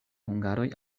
hungaroj